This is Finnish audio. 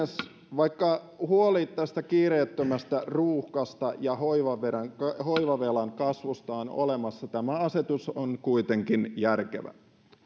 vaikka huoli tästä kiireettömästä ruuhkasta ja hoivavelan hoivavelan kasvusta on olemassa tämä asetus on kuitenkin järkevä